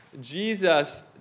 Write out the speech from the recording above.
Jesus